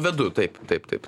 vedu taip taip taip